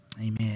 Amen